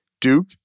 Duke